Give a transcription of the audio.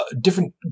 different